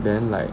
then like